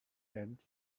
and